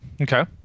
Okay